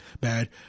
bad